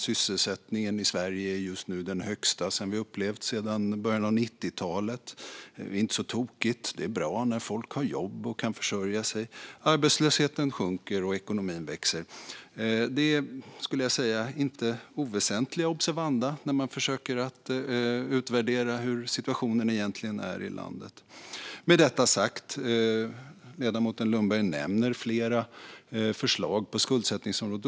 Sysselsättningen i Sverige är just nu den högsta vi upplevt sedan början av 90-talet. Det är inte så tokigt. Det är bra när folk har jobb och kan försörja sig. Arbetslösheten sjunker, och ekonomin växer. Det skulle jag säga är inte oväsentliga observanda när man försöker utvärdera hur situationen egentligen är i landet. Med detta sagt: Ledamoten Lundberg nämner flera förslag på skuldsättningsområdet.